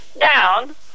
down